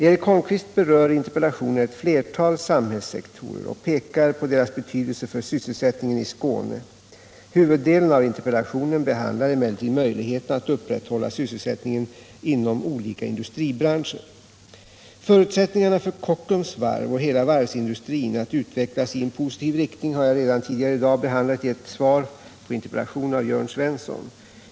Eric Holmqvist berör i interpellationen ett flertal samhällssektorer och pekar på deras betydelse för sysselsättningen i Skåne. Huvuddelen av interpellationen behandlar emellertid möjligheterna att upprätthålla sysselsättningen inom olika industribranscher. Förutsättningarna för Kockums varv och hela varvsindustrin att utvecklas i en positiv riktning har jag redan tidigare i dag behandlat i ett svar på en interpellation av Jörn Svensson.